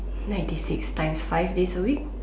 ninety six times five days a week